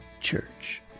church